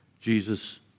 Jesus